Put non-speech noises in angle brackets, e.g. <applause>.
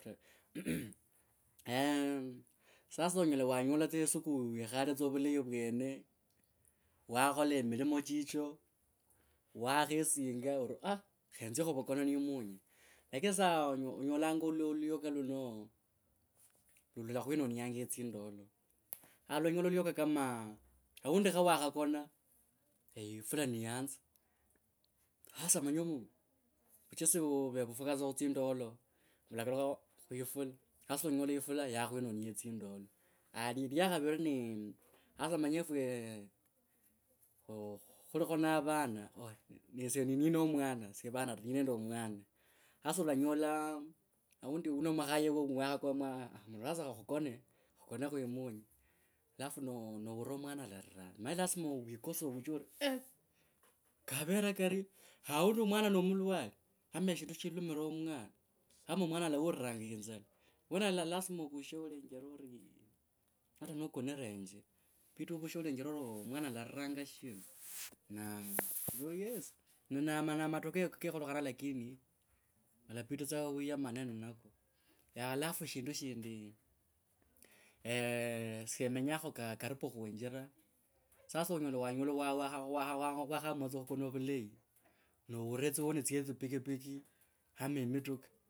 <hesitation> sasa onyela wanyola tsa esuku wikhale tsa vulayi vwene wakhakhola mirimo chicho wakhesinga orii aah khenzye muvukono nimunye lakini sasa onyolanga iuyoka iuno lurakhwinonianga tsindole olanyola luyoka kama aund kho wakhakhona yyifula niyanza hasa omanye vuchesi vu khufukha tsa khutsindo vulakalukha khuifula sasa olanyola yifula yakhwinonia tsindolo lya khaviri ni hasa omanye efwe khu khulikho na vana esye ni no mwana esye vana ndi nende omwana hasa olanyola aundi u no mkhaye wuwo wakhakwa hasa kha khukone kwimunye alafu no noura mwna alalira omanye lasima wikose ovushe ori ovushe olenjere orii mwana alaliranga shin ana ne matokeo kekholekha lakini kalapita tsa wiyemane ninako. Alafu shindu shindi eej esye menyakho karipu khunjira sasa onyela wanyola wakhaamua tsa khukona vulayi noura tsa tsi honi tsye tsipikipiki ama mituka.